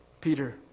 Peter